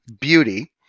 beauty